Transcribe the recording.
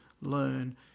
learn